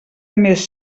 més